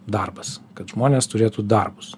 darbas kad žmonės turėtų darbus